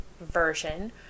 version